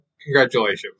Congratulations